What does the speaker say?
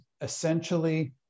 essentially